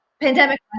pandemic